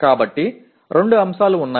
కాబట్టి 2 అంశాలు ఉన్నాయి